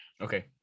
Okay